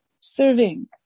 serving